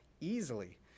easily